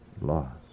lost